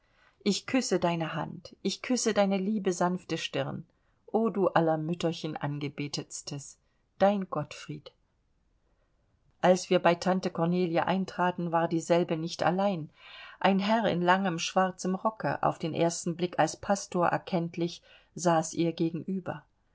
ich küsse deine hand ich küsse deine liebe sanfte stirn o du aller mütterchen angebetetstes dein gottfried als wir bei tante kornelie eintraten war dieselbe nicht allein ein herr in langem schwarzem rocke auf den ersten blick als pastor erkenntlich saß ihr gegenüber